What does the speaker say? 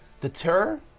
deter